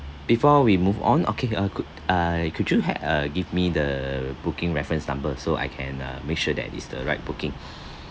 before we move on okay uh could uh could you have uh give me the booking reference number so I can uh make sure that is the right booking